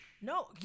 No